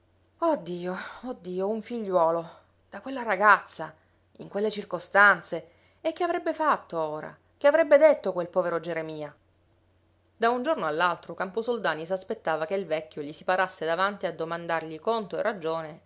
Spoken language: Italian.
dio oh dio un figliuolo da quella ragazza in quelle circostanze e che avrebbe fatto ora che avrebbe detto quel povero geremia da un giorno all'altro camposoldani s'aspettava che il vecchio gli si parasse davanti a domandargli conto e ragione